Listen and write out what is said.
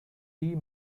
tea